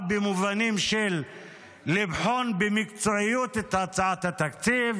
במובנים של לבחון במקצועיות את הצעת התקציב.